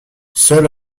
seul